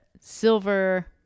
silver